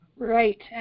Right